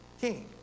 king